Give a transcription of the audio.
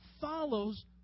follows